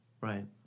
right